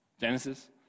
Genesis